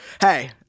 Hey